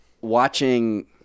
watching